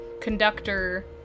conductor